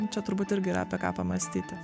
čia turbūt irgi yra apie ką pamąstyti